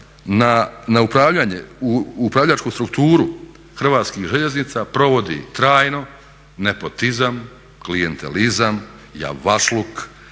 na upravljanje, u upravljačku strukturu Hrvatskih željeznica provodi trajno nepotizam, klijentelizam, javašluk,